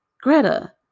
Greta